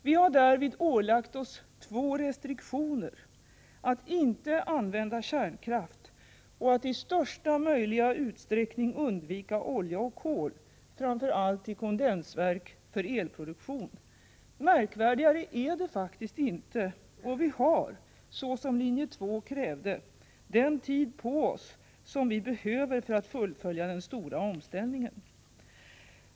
Vi har därvid ålagt oss två restriktioner: att inte använda kärnkraft och att i största möjliga utsträckning undvika olja och kol, framför allt i kondensverk för elproduktion. Märkvärdigare är det faktiskt inte. Vi har, så som linje 2 krävde, den tid på oss som vi behöver för att fullfölja den stora omställningen.